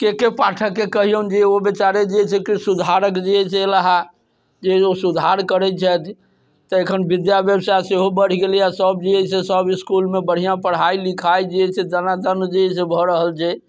के के पाठकके कहियौन जे ओ बेचारे जे छै से किछु सुधारक जे जे अयला है से एला हँ जे ओ सुधार करै छथि तऽ अखन विद्या व्यवसाय सेहो बढ़ि गेलै हँ सब जे अइसँ सब इसकुलमे बढ़िआँ पढ़ाइ लिखाइ जे अइसँ दनादन जे अि से भऽ रहल छै